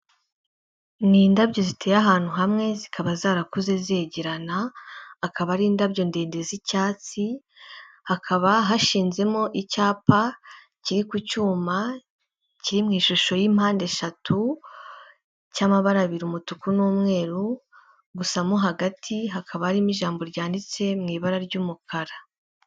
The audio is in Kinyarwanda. Ni indabyo ziteye ahantu hamwe, zikaba zarakuze zegerana, akaba ari indabyo ndende z'icyatsi, hakaba hashinzemo icyapa kiri ku cyuma kiri mu ishusho y'impande eshatu cy'amabara abiri, umutuku n'umweru, gusa mo hagati hakaba harimo ijambo ryanditse mu ibara ry'umukara.